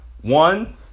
one